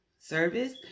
service